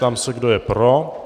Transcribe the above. Ptám se, kdo je pro.